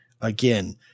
again